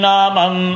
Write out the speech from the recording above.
Namam